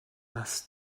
нас